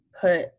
put